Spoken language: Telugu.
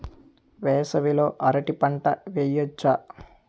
వేసవి లో అరటి పంట వెయ్యొచ్చా?